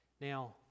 Now